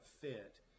fit